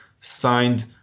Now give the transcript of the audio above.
signed